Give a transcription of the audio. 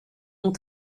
ont